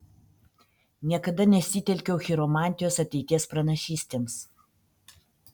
niekada nesitelkiau chiromantijos ateities pranašystėms